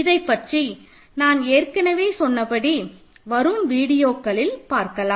இதைப்பற்றி நான் ஏற்கனவே சொன்னபடி வரும் வீடியோக்களில் பார்க்கலாம்